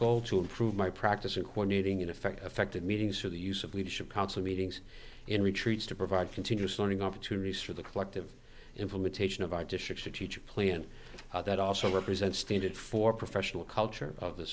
call to improve my practice or one needing in effect affected meetings for the use of leadership council meetings in retreats to provide continuous learning opportunities for the collective implementation of our district to teach a plan that also represents standard for professional culture of the